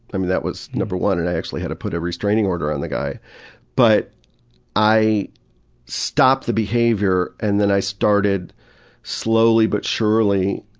i mean, that was number one, and i actually had to put a restraining order on the guy but i stopped the behavior, and then i started slowly but surely